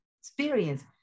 experience